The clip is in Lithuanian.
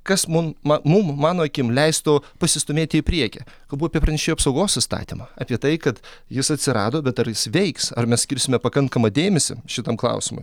kas mum mum mano akim leistų pasistūmėti į priekį kalbu apie pranešėjų apsaugos įstatymą apie tai kad jis atsirado bet ar jis veiks ar mes skirsime pakankamą dėmesį šitam klausimui